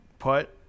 put